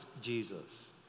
Jesus